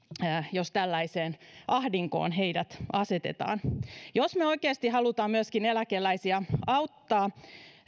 jos tällaiseen ahdinkoon heidät asetetaan jos me oikeasti haluamme eläkeläisiä myöskin auttaa niin